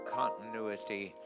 continuity